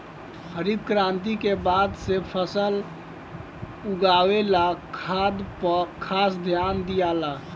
हरित क्रांति के बाद से फसल उगावे ला खाद पर खास ध्यान दियाला